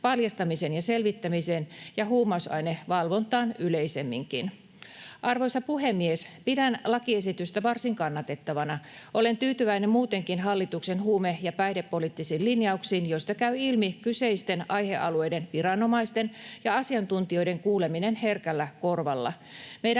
paljastamiseen ja selvittämiseen ja huumausainevalvontaan yleisemminkin. Arvoisa puhemies! Pidän lakiesitystä varsin kannatettavana. Olen tyytyväinen muutenkin hallituksen huume- ja päihdepoliittisiin linjauksiin, joista käy ilmi kyseisten aihealueiden viranomaisten ja asiantuntijoiden kuuleminen herkällä korvalla.